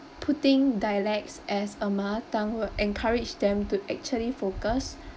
putting dialects as a mother tongue will encourage them to actually focus